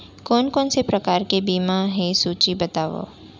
कोन कोन से प्रकार के बीमा हे सूची बतावव?